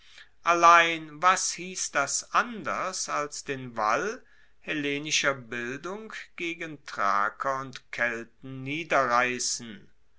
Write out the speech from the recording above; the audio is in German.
allein was hiess das anders als den wall hellenischer bildung gegen thraker und kelten niederreissen